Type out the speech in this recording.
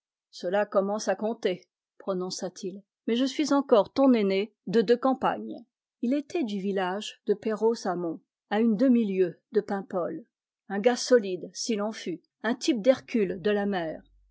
cela commence à compter prononça-t-il mais je suis encore ton aîné de deux campagnes il était du village de perros hamon à une demi-lieue de paimpol un gars solide s'il en fut un type d'hercule de la mer